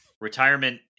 retirement